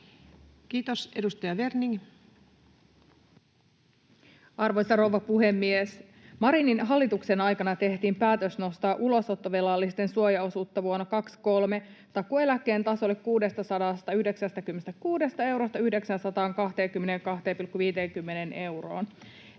Kiitos. — Edustaja Werning. Arvoisa rouva puhemies! Marinin hallituksen aikana tehtiin päätös nostaa ulosottovelallisten suojaosuutta vuonna 23 takuueläkkeen tasolle 696 eurosta 922,50 euroon.